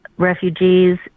refugees